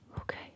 okay